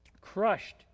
Crushed